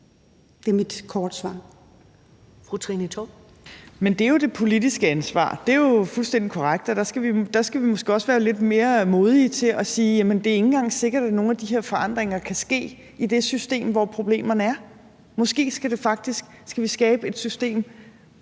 Fru Trine Torp. Kl. 13:30 Trine Torp (SF): Det er jo det politiske ansvar. Det er jo fuldstændig korrekt, og der skal vi måske også være lidt mere modige til at sige, at det ikke engang er sikkert, at nogen af de her forandringer kan ske i det system, hvor problemerne er. Måske skal vi skabe et system